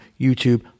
youtube